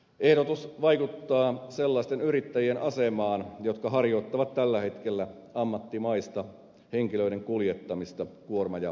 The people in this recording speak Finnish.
ehdotus vaikuttaa sellaisten yrittäjien asemaan jotka harjoittavat tällä hetkellä ammattimaista henkilöiden kuljettamista kuorma ja pakettiautoilla